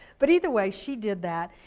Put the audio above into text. but either way, she did that.